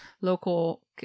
local